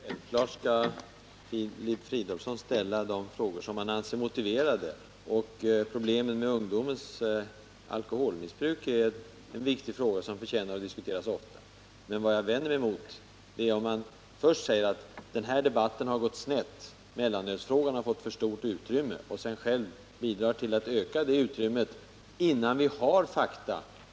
Herr talman! Självfallet skall Filip Fridolfsson ställa de frågor som han anser vara motiverade. Problemet med ungdomens alkoholmissbruk är en mycket viktig fråga som förtjänar att diskuteras ofta. Vad jag vänder mig emot är att Filip Fridolfsson först säger att debatten har gått snett, mellanölsfrågan har fått för stort utrymme, varefter han själv bidrar till att öka det utrymmet, innan vi har fakta.